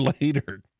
later